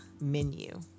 Menu